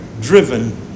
driven